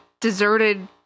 deserted